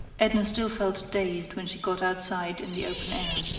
edna still felt dazed when she got outside in the open air.